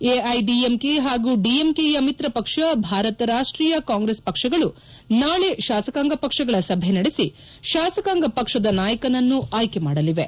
AIADMK ಹಾಗೂ ಡಿಎಂಕೆಯ ಮಿತ್ರಪಕ್ಷ ಭಾರತ ರಾಷ್ಟೀಯ ಕಾಂಗ್ರೆಸ್ ಪಕ್ಷಗಳು ನಾಳೆ ಶಾಸಕಾಂಗ ಪಕ್ಷಗಳ ಸಭೆ ನಡೆಸಿ ಶಾಸಕಾಂಗ ಪಕ್ಷದ ನಾಯಕನನ್ನು ಆಯ್ಲೆ ಮಾಡಲಿವೆ